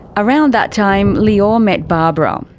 around that time lior met barbara. um